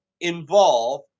involve